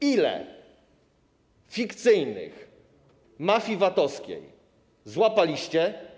Ile fikcyjnych mafii VAT-owskich złapaliście?